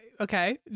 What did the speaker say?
Okay